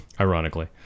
Ironically